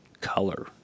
color